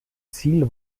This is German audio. ziel